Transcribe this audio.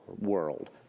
world